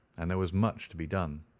and there was much to be done.